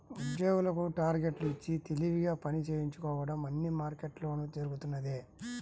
ఉద్యోగులకు టార్గెట్లు ఇచ్చి తెలివిగా పని చేయించుకోవడం అన్ని మార్కెట్లలోనూ జరుగుతున్నదే